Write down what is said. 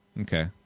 Okay